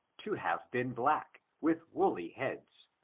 to have been black, with woolly heads,